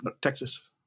Texas